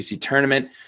tournament